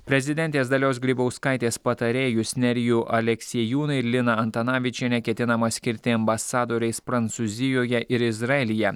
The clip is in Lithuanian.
prezidentės dalios grybauskaitės patarėjus nerijų aleksiejūną ir liną antanavičienę ketinama skirti ambasadoriais prancūzijoje ir izraelyje